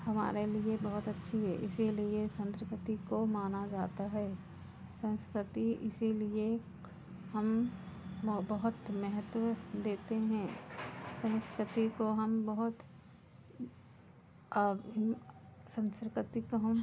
हमारे लिए बहुत अच्छी है इसीलिए संस्कृति को माना जाता है संस्कृति इसीलिए हम बहुत महत्व देते हैं संस्कृति को हम बहुत संस्कृति को हम